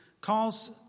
calls